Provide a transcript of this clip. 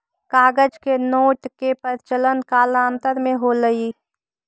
कागज के नोट के प्रचलन कालांतर में होलइ